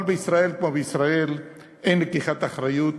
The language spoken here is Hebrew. אבל בישראל כמו בישראל, אין לקיחת אחריות,